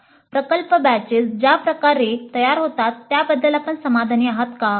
"प्रकल्प बॅचेस ज्या प्रकारे तयार होतात त्याबद्दल आपण समाधानी आहात का